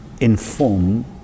inform